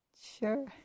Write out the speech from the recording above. Sure